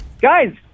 guys